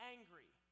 Angry